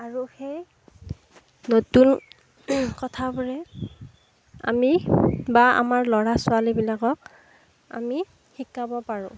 আৰু সেই নতুন কথাবোৰে আমি বা আমাৰ ল'ৰা ছোৱালীবিলাকক আমি শিকাব পাৰোঁ